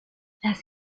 las